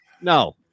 No